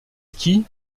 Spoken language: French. ski